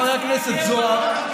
חבר הכנסת זוהר,